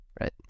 right